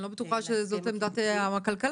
אני לא בטוחה שזאת עמדת משרד הכלכלה,